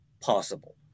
possible